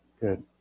Good